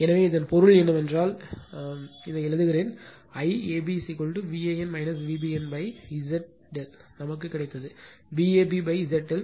எனவே இதன் பொருள் என்னவென்றால் இதை எழுதுகிறேன் IAB Van Vbn Z ∆ நமக்கு கிடைத்தது Vab Z ∆